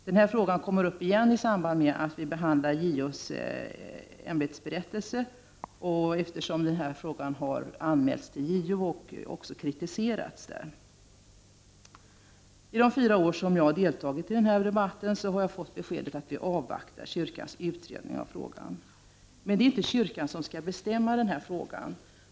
Den här frågan kommer upp igen i samband med att vi behandlar JO:s ämbetsberättelse, eftersom frågan har anmälts till JO och även kritiserats där. Under de fyra år som jag har deltagit i den här debatten har jag fått beskedet att vi avvaktar kyrkans utredning av frågan. Men det är inte kyrkan som skall bestämma i denna fråga.